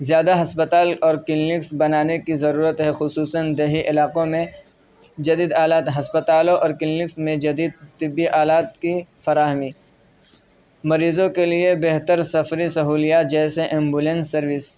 زیادہ ہسپتال اور کلینکس بنانے کی ضرورت ہے خصوصاً دیہی علاقوں میں جدید آلات ہسپتالوں اور کلینکس میں جدید طبی آلات کی فراہمی مریضوں کے لیے بہتر سفری سہولیات جیسے ایمبولینس سروس